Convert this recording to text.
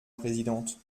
présidente